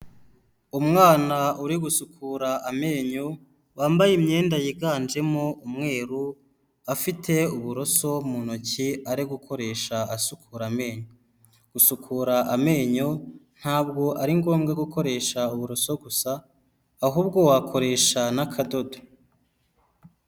Umwana uri gusukura amenyo, wambaye imyenda yiganjemo umweru, afite uburoso mu ntoki ari gukoresha asukura amenyo. Gucukura amenyo ntabwo ari ngombwa gukoresha uburoso gusa, ahubwo wakoresha n’akadodo.